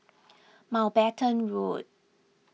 Mountbatten Road